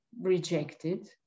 rejected